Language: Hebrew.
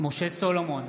משה סולומון,